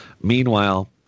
meanwhile